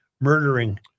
murdering